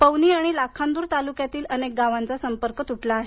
पवनी आणि लाखांदूर तालुक्यातील अनेक गावांचा संपर्क तुटला आहे